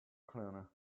cleaner